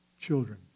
children